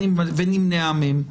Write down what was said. ונמנעה מהם.